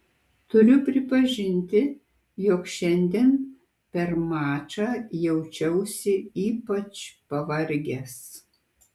turiu pripažinti jog šiandien per mačą jaučiausi ypač pavargęs